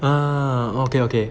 ah okay okay